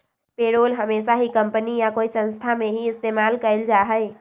payroll हमेशा ही company या कोई संस्था में ही इस्तेमाल कइल जाहई